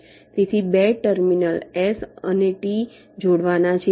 તેથી 2 terminal S અને T જોડવાના છે